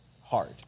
hard